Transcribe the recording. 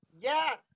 Yes